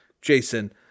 Jason